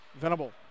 Venable